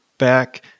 back